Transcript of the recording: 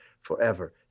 forever